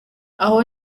aho